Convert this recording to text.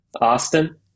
Austin